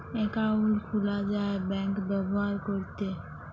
account খুলা যায় bank ব্যাভার ক্যরতে